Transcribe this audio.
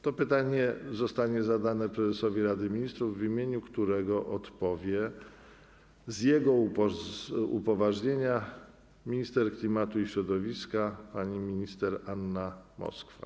To pytanie zostanie zadane prezesowi Rady Ministrów, w imieniu którego odpowie, z jego upoważnienia, minister klimatu i środowiska pani minister Anna Moskwa.